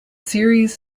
series